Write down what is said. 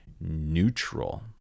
neutral